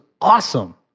awesome